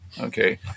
Okay